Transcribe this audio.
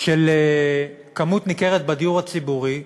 של כמות ניכרת בדיור הציבורי,